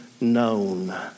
known